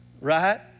Right